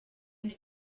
niko